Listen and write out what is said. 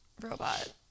robot